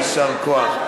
ויישר כוח.